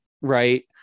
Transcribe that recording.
right